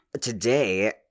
today